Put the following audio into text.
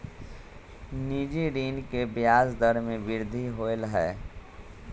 निजी ऋण के ब्याज दर में वृद्धि होलय है